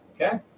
okay